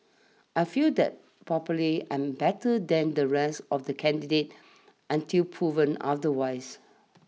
I feel that probably I'm better than the rest of the candidates until proven otherwise